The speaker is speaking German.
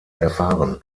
erfahren